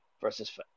versus